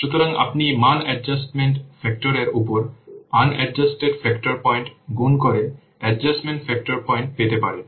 সুতরাং আপনি মান অ্যাডজাস্টমেন্ট ফ্যাক্টরের উপর আনএডজাস্টটেড ফাংশন পয়েন্ট গুণ করে অ্যাডজাস্টমেন্ট ফাংশন পয়েন্ট পেতে পারেন